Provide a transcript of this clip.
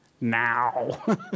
now